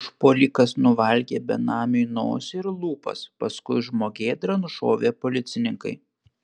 užpuolikas nuvalgė benamiui nosį ir lūpas paskui žmogėdrą nušovė policininkai